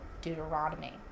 Deuteronomy